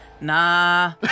nah